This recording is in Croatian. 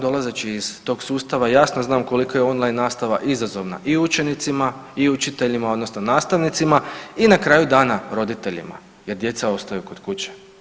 Dolazeći iz tog sustava jasno znam koliko je on line nastava izazovna i učenicima i učiteljima odnosno nastavnicima i na kraju dana roditeljima jer djeca ostaju kod kuće.